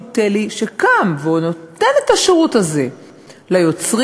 תל"י שקם והוא נותן את השירות הזה ליוצרים,